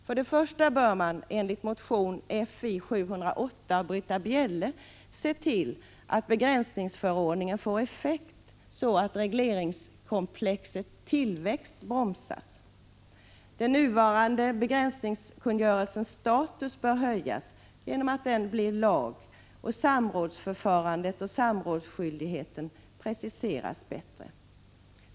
För det första bör man i enlighet med vad som anförs i motion Fi708 av Britta Bjelle se till att begränsningsförordningen får effekt, så att regleringskomplexets tillväxt bromsas. Den nuvarande begränsningskungörelsens status bör höjas genom att den blir lag och samrådsförfarandet och samrådsskyldigheten preciseras bättre.